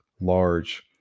large